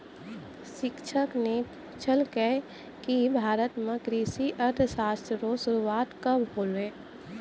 शिक्षक न पूछलकै कि भारत म कृषि अर्थशास्त्र रो शुरूआत कब होलौ